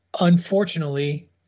unfortunately